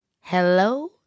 Hello